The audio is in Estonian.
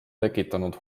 tekitanud